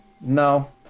No